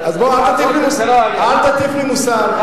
אז, בוא, אל תטיף לי מוסר.